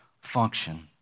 function